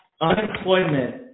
unemployment